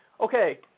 Okay